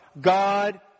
God